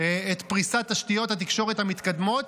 את פריסת תשתיות התקשורת המתקדמות,